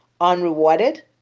unrewarded